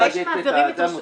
בבקשה, טוהר.